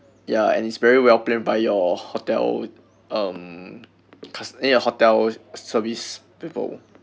ya and it's very well-planned by your hotel um cust~ ya your hotel's service people